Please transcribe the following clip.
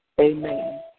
amen